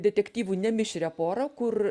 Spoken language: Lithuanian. detektyvų ne mišrią porą kur